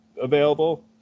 available